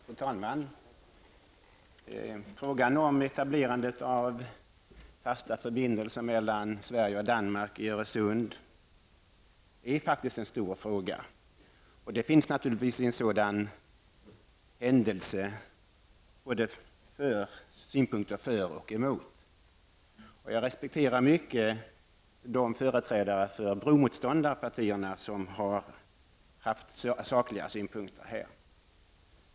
Fru talman! Frågan om etablerandet av fasta förbindelser mellan Sverige och Danmark över Öresund är faktiskt en stor fråga. Vid en sådan händelse finns det naturligtvis både synpunkter för och emot. Jag har stor respekt för de företrädare för bromotståndarpartierna som här framfört sakliga synpunkter.